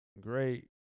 great